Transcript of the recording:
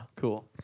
Cool